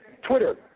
Twitter